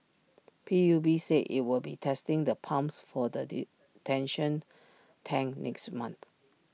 P U B said IT will be testing the pumps for the detention tank next month